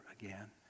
again